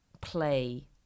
play